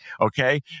Okay